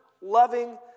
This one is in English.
loving